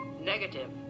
Negative